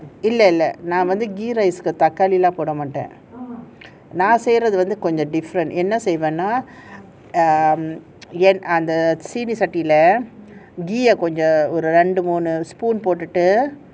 நான் வந்து:naan vanthu ghee rice தக்காளியெல்லாம் போடா மாட்டேன் நான் செய்றது கொஞ்சம்:thakkaaliyellam poda matten naan seirathu konjam different என்ன செய்வேன்னா:enna seivenaa um என்னை சட்டியில:enna sattiyila ghee ரெண்டு மூணு:rendu moonu spoon போட்டுட்டு:poattutu